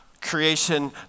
creation